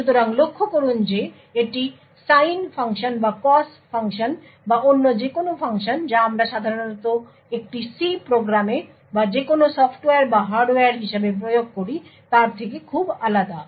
সুতরাং লক্ষ্য করুন যে এটি sine ফাংশন বা cos ফাংশন বা অন্য যেকোন ফাংশন যা আমরা সাধারণত একটি C প্রোগ্রামে বা যেকোন সফ্টওয়্যার বা হার্ডওয়্যার হিসাবে প্রয়োগ করি তার থেকে খুব আলাদা